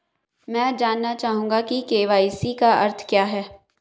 मैं जानना चाहूंगा कि के.वाई.सी का अर्थ क्या है?